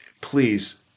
please